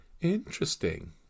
Interesting